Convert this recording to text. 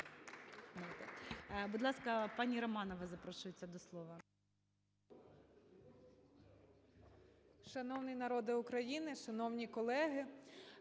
Будь ласка, пані Романова запрошується до слова.